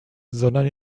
sondern